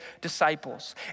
disciples